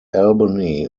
albany